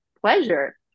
pleasure